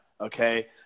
okay